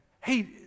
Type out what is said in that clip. hey